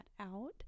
out